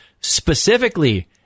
specifically